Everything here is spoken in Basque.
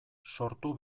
sortu